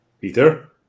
Peter